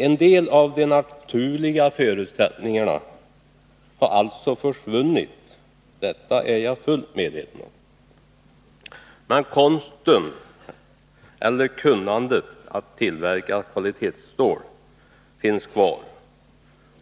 En del av de naturliga förutsättningarna har alltså försvunnit, vilket jag är fullt medveten om. Men konsten eller kunnandet när det gäller att tillverka kvalitetsstål finns kvar,